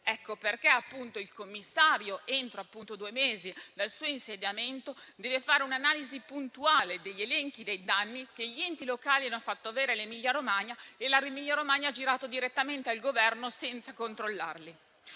Per questo il commissario, entro due mesi dal suo insediamento, deve fare un'analisi puntuale degli elenchi dei danni che gli enti locali hanno fatto avere all'Emilia-Romagna e che la Regione ha girato direttamente al Governo senza controllarli.